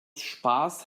spaß